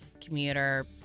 commuter